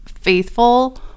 faithful